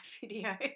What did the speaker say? video